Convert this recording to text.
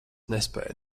nespēju